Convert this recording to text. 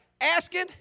asking